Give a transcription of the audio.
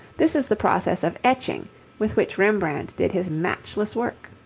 this is the process of etching with which rembrandt did his matchless work.